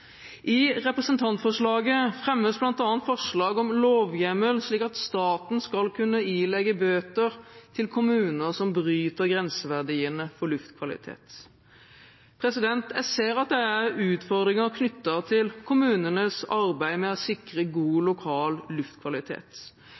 I representantforslaget fremmes bl.a. forslag om lovhjemmel, slik at staten skal kunne ilegge bøter til kommuner som bryter grenseverdiene for luftkvalitet. Jeg ser at det er utfordringer knyttet til kommunenes arbeid med å sikre god lokal luftkvalitet.